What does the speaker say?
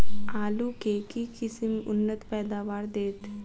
आलु केँ के किसिम उन्नत पैदावार देत?